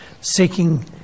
seeking